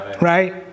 Right